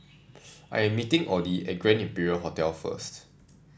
I am meeting Oddie at Grand Imperial Hotel first